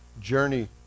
journey